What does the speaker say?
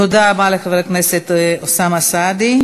תודה רבה לחבר הכנסת אוסאמה סעדי.